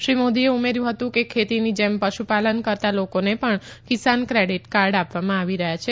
શ્રી મોદીએ ઉમેર્યુ હતું કે ખેતીની જેમ પશુ પાલન કરતાં લોકોને પણ કિસાન ક્રેડીટ કાર્ડ આપવામાં આવી રહયાં છે